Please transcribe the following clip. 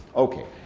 ok,